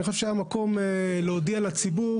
אני חושב שהיה מקום להודיע לציבור.